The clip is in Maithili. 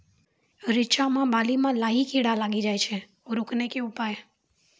रिचा मे बाली मैं लाही कीड़ा लागी जाए छै रोकने के उपाय?